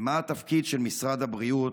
מה התפקיד של משרד הבריאות,